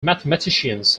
mathematicians